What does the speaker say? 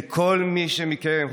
כי כל מי שמכם,